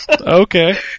Okay